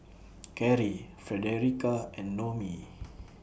Karie Fredericka and Noemie